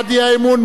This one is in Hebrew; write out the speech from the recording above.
מי נמנע?